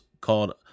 called